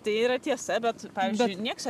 tai yra tiesa bet pavyzdžiui nieks